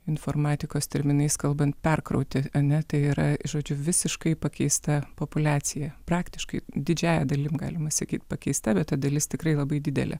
informatikos terminais kalbant perkrauti ane tai yra žodžiu visiškai pakeista populiacija praktiškai didžiąja dalim galima sakyt pakeista bet ta dalis tikrai labai didelė